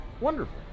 Wonderful